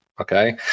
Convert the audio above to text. Okay